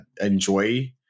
enjoy